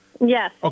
Yes